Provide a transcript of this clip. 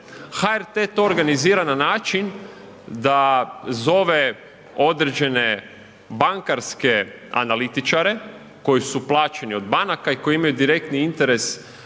HRT to organizira na način da zove određene bankarske analitičare koji su plaćeni od banaka i koji imaju direktni interes od